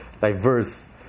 diverse